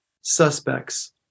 suspects